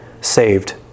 saved